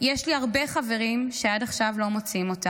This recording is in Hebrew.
יש לי הרבה חברים שעד עכשיו לא מוצאים אותם,